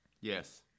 Yes